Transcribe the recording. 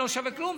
לא שווה כלום?